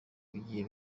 bigiye